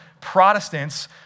Protestants